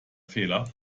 fehler